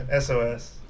SOS